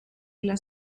las